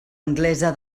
anglesa